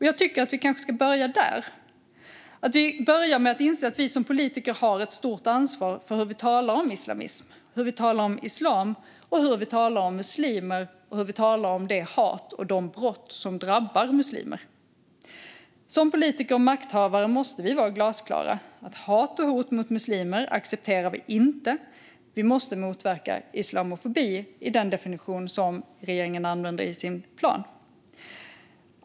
Jag tycker att vi kanske ska börja där - med att inse att vi som politiker har ett stort ansvar för hur vi talar om islamism, islam och muslimer och om det hat och de brott som drabbar muslimer. Som politiker och makthavare måste vi vara glasklara: Hat och hot mot muslimer accepterar vi inte. Vi måste motverka islamofobi, enligt den definition som regeringen använder i sin plan.